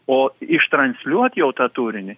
o ištransliuot jau tą turinį